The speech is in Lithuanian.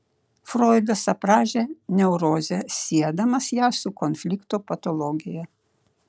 froidas aprašė neurozę siedamas ją su konflikto patologija